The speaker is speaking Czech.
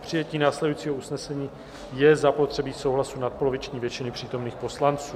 K přijetí následujícího usnesení je zapotřebí souhlasu nadpoloviční většiny přítomných poslanců.